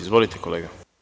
Izvolite, kolega.